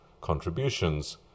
contributions